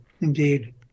indeed